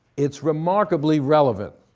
it's remarkably relevant.